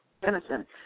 venison